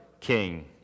King